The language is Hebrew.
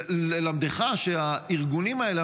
ללמדך שהארגונים האלה,